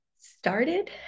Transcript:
started